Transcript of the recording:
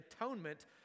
atonement